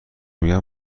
میگم